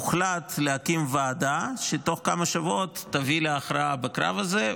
הוחלט להקים ועדה שתוך כמה שבועות תביא להכרעה בקרב הזה,